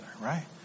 right